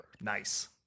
Nice